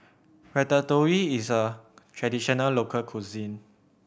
ratatouille is a traditional local cuisine